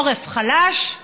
עורף חלש,